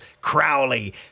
Crowley